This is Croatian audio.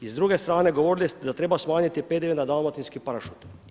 I s druge strane govorili ste da treba smanjiti PDV na dalmatinski pršut.